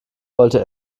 wollte